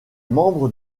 membre